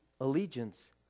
allegiance